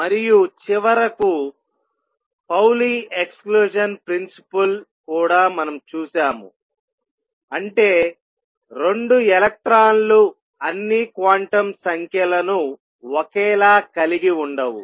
మరియు చివరకు Pauli exclusion principle కూడా మనం చూశాము అంటే 2 ఎలక్ట్రాన్లు అన్ని క్వాంటం సంఖ్యలను ఒకేలా కలిగి ఉండవు